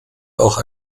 auch